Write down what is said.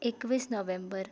एकवीस नोव्हेंबर